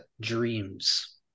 dreams